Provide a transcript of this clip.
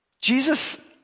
Jesus